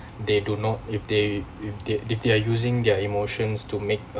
they do not if they if they they they are using their emotions to make a